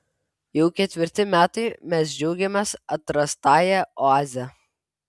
jau ketvirti metai mes džiaugiamės atrastąja oaze